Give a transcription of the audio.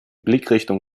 blickrichtung